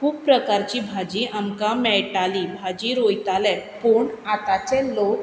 खूब प्रकारची भाजी आमकां मेयटाली भाजी रोयताले पूण आतांचे लोक